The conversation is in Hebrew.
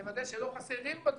נוודא שלא חסרים בה דברים,